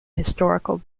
historical